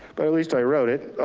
but at least i wrote it.